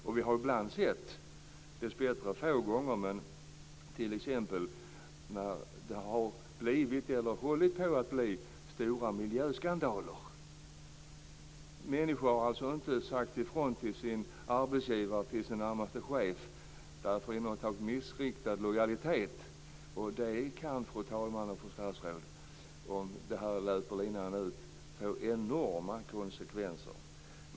Ibland har vi sett - dessbättre är det få gånger - att människor när det blivit, eller hållit på att bli, stora miljöskandaler inte har sagt ifrån till sin arbetsgivare eller till sin närmaste chef; detta på grund av ett slags missriktad lojalitet. Det kan, fru talman och fru statsråd, om det här löper linan ut få enorma konsekvenser.